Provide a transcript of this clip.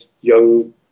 young